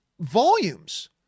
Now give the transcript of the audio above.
volumes